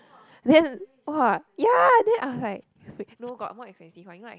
then !wah! ya then I was like fake no got more expensive one you know like